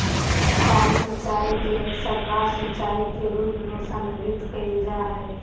सतही सिंचाई के अक्सर बाढ़ सिंचाई के रूप में संदर्भित कइल जा हइ